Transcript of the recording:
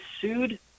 sued